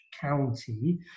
county